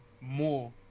more